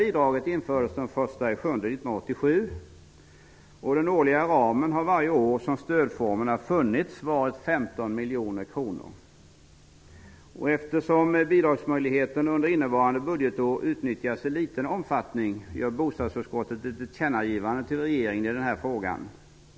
Bidraget infördes den 1 juli 1987. Under alla år stödformen har funnits har den årliga ramen varit 15 miljoner kronor. Eftersom bidragsmöjligheten har utnyttjats endast i liten omfattning under innevarande budgetår, gör bostadsutskottet ett tillkännagivande till regeringen i denna fråga.